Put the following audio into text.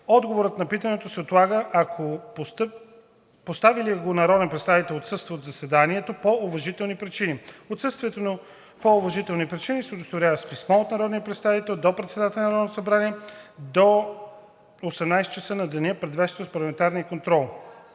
Отговорът на питането се отлага, ако поставилият го народен представител отсъства от заседанието по уважителни причини. Отсъствието по уважителни причини се удостоверява с писмо от народния представител до председателя на Народното събрание до 18,00 ч. на деня, предшестващ парламентарния контрол.“